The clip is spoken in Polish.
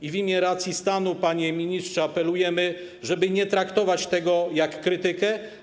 I w imię racji stanu, panie ministrze, apelujemy, żeby nie traktować tego jak krytykę.